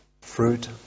fruit